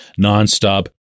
nonstop